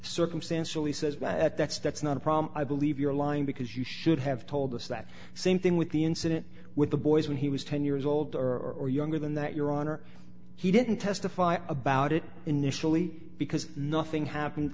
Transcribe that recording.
circumstantially says that that's that's not a problem i believe you're lying because you should have told us that same thing with the incident with the boys when he was ten years old or younger than that your honor he didn't testify about it initially because nothing happen